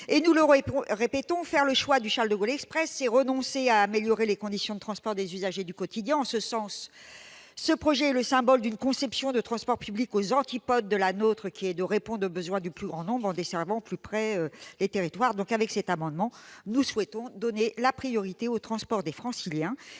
et nous le répétons : faire le choix du Charles-de-Gaulle Express, c'est renoncer à améliorer les conditions de transport des usagers du quotidien. En ce sens, ce projet est symbolique d'une conception des transports publics aux antipodes de la nôtre, à savoir répondre aux besoins du plus grand nombre en desservant au plus près les territoires. Au travers de cet amendement, nous souhaitons donner la priorité aux transports des Franciliens.